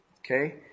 Okay